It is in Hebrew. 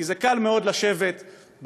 כי זה קל מאוד לשבת במיזוג,